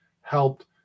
helped